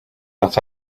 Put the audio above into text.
that